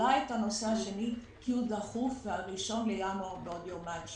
מעלה את הנושא השני כי הוא דחוף ל-1 בעוד יומיים,